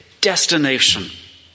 destination